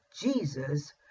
Jesus